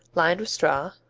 lined with straw.